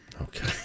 okay